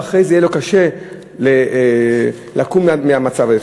ואחרי זה יהיה לו קשה לקום מהמצב הזה.